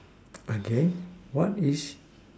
again what is